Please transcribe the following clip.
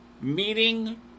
Meeting